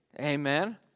Amen